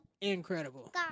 incredible